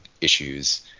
issues